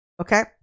Okay